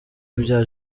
bya